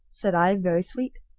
said i, very sweet.